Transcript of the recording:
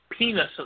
Penises